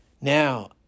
Now